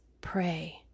pray